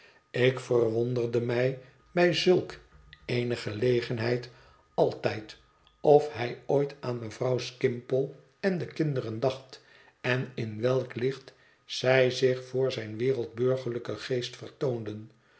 ik verwonderde mij bij zulk eene gelegenheid altijd of hij ooit aan mevrouw skimpole en de kinderen dacht en in welk licht zij zich voor zijn wereldburgerlijken geest vertoonden